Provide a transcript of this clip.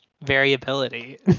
variability